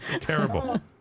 terrible